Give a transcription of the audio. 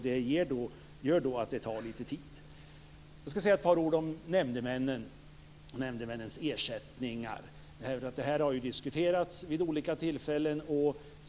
Det gör att det tar litet tid. Ett par ord om nämndemännens ersättningar. Det har diskuterats vid olika tillfällen.